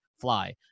fly